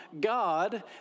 God